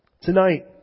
Tonight